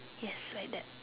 yes like that